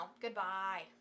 Goodbye